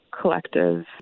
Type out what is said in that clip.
collective